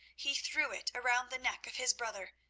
he threw it around the neck of his brother,